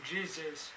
Jesus